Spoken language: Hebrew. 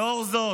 לאור זאת,